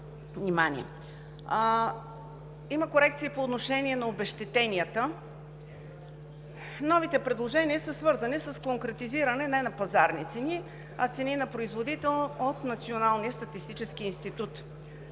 Има корекция по отношение на обезщетенията. Новите предложения са свързани с конкретизиране не на пазарни цени, а цени на производител от Националния статистически институт.